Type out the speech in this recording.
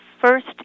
first